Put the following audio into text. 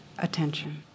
attention